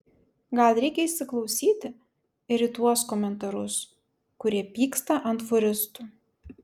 gal reikia įsiklausyti ir į tuos komentarus kurie pyksta ant fūristų